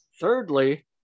Thirdly